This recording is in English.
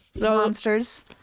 Monsters